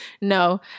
no